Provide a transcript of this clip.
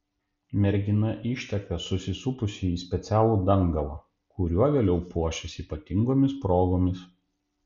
mergina išteka susisupusi į specialų dangalą kuriuo vėliau puošis ypatingomis progomis